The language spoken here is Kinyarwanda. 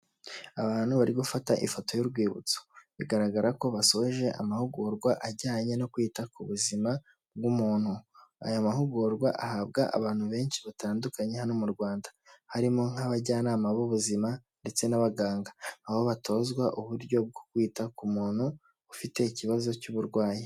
Abantu bari gufata ifoto y'urwibutso, bigaragara ko basoje amahugurwa ajyanye no kwita ku buzima bw'umuntu. Aya mahugurwa ahabwa abantu benshi batandukanye hano mu Rwanda, harimo nk'abajyanama b'ubuzima ndetse n'abaganga, aho batozwa uburyo bwo kwita ku muntu ufite ikibazo cy'uburwayi.